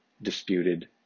disputed